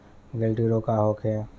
गिलटी रोग का होखे?